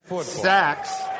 sacks